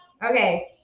Okay